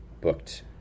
booked